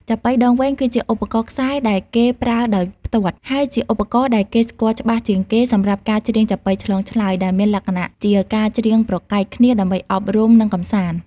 ចាប៉ីដងវែង គឺជាឧបករណ៍ខ្សែដែលគេប្រើដោយផ្ទាត់ ហើយជាឧបករណ៍ដែលគេស្គាល់ច្បាស់ជាងគេសម្រាប់ការច្រៀងចាប៉ីឆ្លងឆ្លើយ ដែលមានលក្ខណៈជាការច្រៀងប្រកែកគ្នាដើម្បីអប់រំ និងកម្សាន្ត។